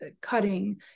cutting